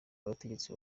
abategetsi